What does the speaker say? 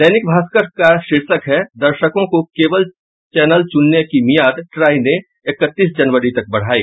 दैनिक भास्कर का शीर्षक है दर्शकों को केवल चैनेल चुनने की मियाद ट्राई ने इकतीस जनवरी तक बढ़ायी